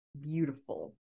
beautiful